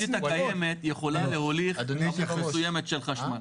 התשתית הקיימת יכולה להוליך כמות מסוימת של חשמל.